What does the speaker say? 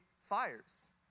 fires